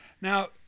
Now